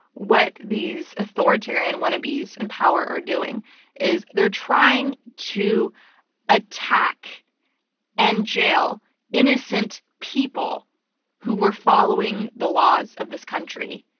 what these authoritarian wannabes in power are doing is they're trying to attack and jail innocent people who are following the laws of this country.